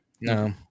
no